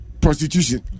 Prostitution